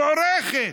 מוערכת,